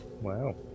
Wow